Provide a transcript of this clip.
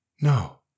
No